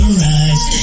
rise